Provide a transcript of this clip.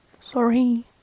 Sorry